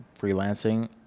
freelancing